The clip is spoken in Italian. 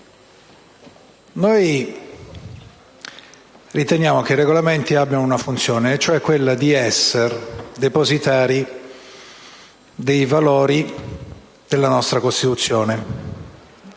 noi riteniamo che i Regolamenti abbiano una funzione: quella di essere depositari dei valori della nostra Costituzione,